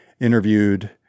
interviewed